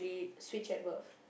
switched at birth